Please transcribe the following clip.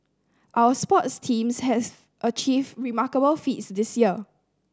our sports teams has achieved remarkable feats this year